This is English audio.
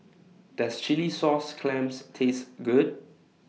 Does Chilli Sauce Clams Taste Good